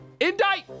indict